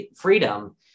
freedom